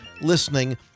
listening